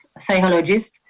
psychologist